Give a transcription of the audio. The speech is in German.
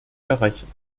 erreichen